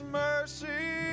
mercy